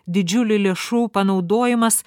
didžiulių lėšų panaudojimas